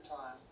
time